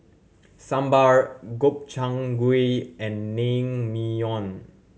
Sambar Gobchang Gui and Naengmyeon